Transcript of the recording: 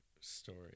story